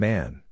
Man